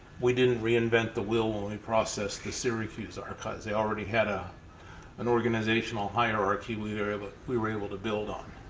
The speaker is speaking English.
we didn't reinvent the wheel when we processed the syracuse archives they already had ah an organizational hierarchy we were ah but we were able to build on.